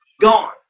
gone